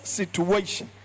situation